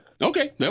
Okay